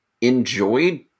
enjoyed